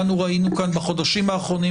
במועד,